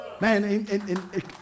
Man